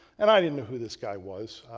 and i didn't know who this guy was.